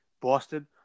Boston